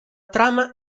trama